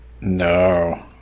No